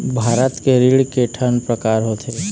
भारत के ऋण के ठन प्रकार होथे?